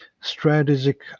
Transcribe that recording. strategic